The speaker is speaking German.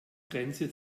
grenze